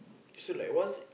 so like once